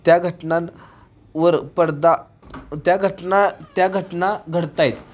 त्या घटनां वर पडदा त्या घटना त्या घटना घडत आहेत